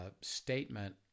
statement